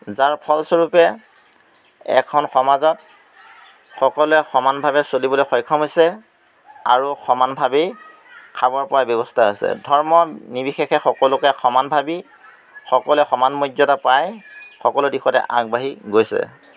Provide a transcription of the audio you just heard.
যাৰ ফলস্বৰূপে এখন সমাজত সকলোৱে সমানভাৱে চলিবলৈ সক্ষম হৈছে আৰু সমানভাৱেই খাবৰ পৰা ব্যৱস্থা হৈছে ধৰ্ম নিবিশেষে সকলোকে সমান ভাবি সকলোৱে সমান মৰ্যদা পাই সকলো দিশতে আগবাঢ়ি গৈছে